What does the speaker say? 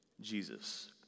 Jesus